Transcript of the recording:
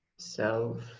self